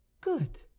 good